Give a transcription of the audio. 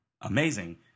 amazing